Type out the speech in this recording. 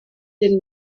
den